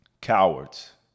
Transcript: cowards